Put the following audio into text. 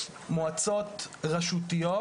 מועצות רשותיות,